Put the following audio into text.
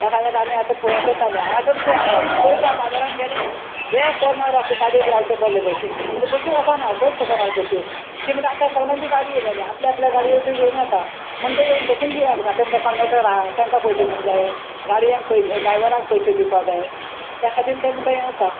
त्या खातीर आमी आतां हे करताले हांगासर पय आतां पयरत हांव बाजारान गेलें एक वोर सुमार गाडयेक रावचे पडलें बशींग म्हणटा बश्यो वचना खंयत वचना बश्यो ती म्हणटा आतां सगल्यांची गाडयो जाली आपल्या आपल्या गाडयो त्यो घेवन येता म्हण त्यो बशीन किदें लागना ते म्हणटा कंडक्टर आहा तेंकां पयशे दिवंक जाये गाडयांक पयशे ड्रायवरांक पयशे दिवपा जाये त्या खातीर ते म्हणटा हें जाता